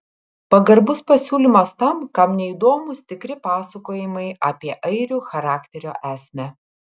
pagarbus pasiūlymas tam kam neįdomūs tikri pasakojimai apie airių charakterio esmę